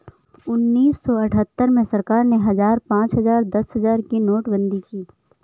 उन्नीस सौ अठहत्तर में सरकार ने हजार, पांच हजार, दस हजार की नोटबंदी की